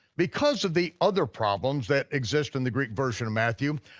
because of the other problems that exist in the greek version of matthew,